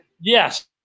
Yes